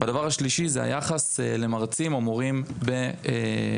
והדבר השלישי, היחס למרצים או מורים במילואים.